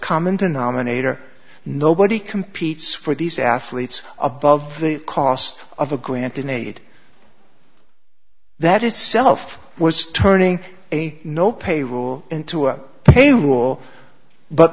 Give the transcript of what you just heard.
common denominator nobody competes for these athletes above the cost of a grant in aid that itself was turning a no pay rule into a pay rule but